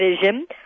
vision